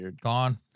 Gone